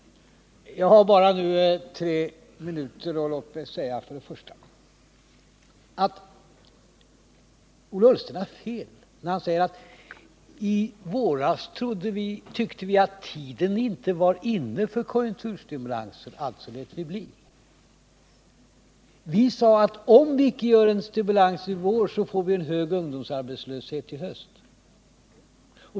Jag har nu bara tre minuter på mig. Låt mig först säga att Ola Ullsten har fel när han påstår att regeringen i våras tyckte att tiden inte var inne för konjunkturstimulans, alltså lät den bli att göra något. Vi sade då: Om vi inte vidtar stimulansåtgärder i vår, får vi en hög ungdomsarbetslöshet i höst.